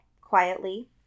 quietly